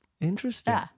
Interesting